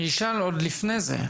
אני אשאל לפני זה,